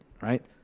Right